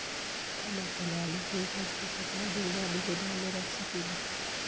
हम अपन आलू के ऊपज के केतना दिन बाद गोदाम में रख सकींले?